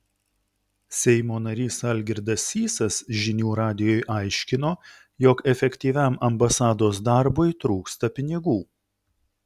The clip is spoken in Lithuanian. seimo narys algirdas sysas žinių radijui aiškino jog efektyviam ambasados darbui trūksta pinigų